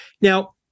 Now